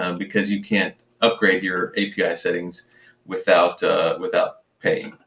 um because you can't upgrade your api settings without ah without paying.